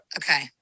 Okay